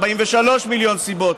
ו-41 מיליון סיבות,